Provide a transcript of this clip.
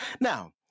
Now